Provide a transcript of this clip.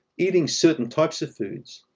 eating certain types of foods.